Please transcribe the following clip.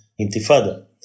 Intifada